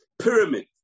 pyramid